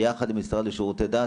ביחד עם המשרד לשירותי דת.